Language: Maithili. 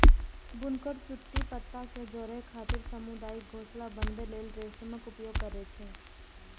बुनकर चुट्टी पत्ता कें जोड़ै खातिर सामुदायिक घोंसला बनबै लेल रेशमक उपयोग करै छै